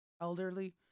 elderly